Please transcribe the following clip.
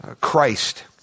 Christ